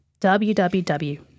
www